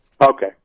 Okay